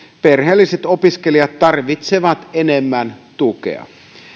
perheelliset opiskelijat tarvitsevat enemmän tukea